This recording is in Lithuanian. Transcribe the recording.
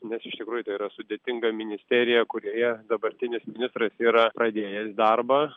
nes iš tikrųjų tai yra sudėtinga ministerija kurioje dabartinis ministras yra pradėjęs darbą